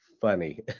funny